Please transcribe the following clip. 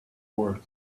were